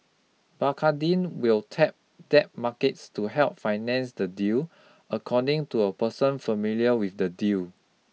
Bacardi will tap debt markets to help finance the deal according to a person familiar with the deal